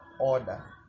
order